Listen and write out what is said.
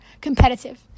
competitive